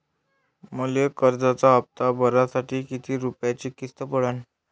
मले कर्जाचा हप्ता भरासाठी किती रूपयाची किस्त पडन?